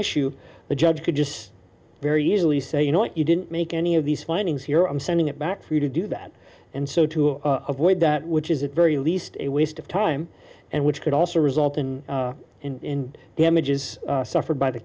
issue the judge could just very easily say you know what you didn't make any of these findings here i'm sending it back for you to do that and so to avoid that which is at very least a waste of time and which could also result in in damages suffered by the